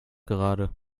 gerade